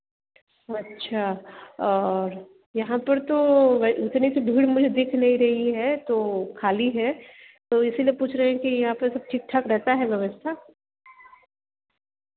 अच्छा यहाँ पर तो वेज उतनी सी भीड़ मुझे दिख नहीं रही है तो खाली है तो इसलिए पूछ रहे हैं कि यहाँ पर सब ठीक ठाक रहता है व्यवस्था